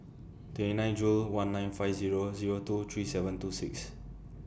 twenty nine Jul one nine five Zero Zero two three seven two six